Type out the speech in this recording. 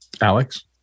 Alex